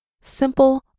simple